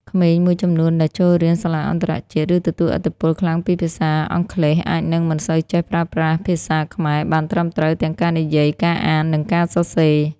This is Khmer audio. ក្មេងមួយចំនួនដែលចូលរៀនសាលាអន្តរជាតិ ឬទទួលឥទ្ធិពលខ្លាំងពីភាសាអង់គ្លេស អាចនឹងមិនសូវចេះប្រើប្រាស់ភាសាខ្មែរបានត្រឹមត្រូវទាំងការនិយាយ ការអាន និងការសរសេរ។